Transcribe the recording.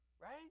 right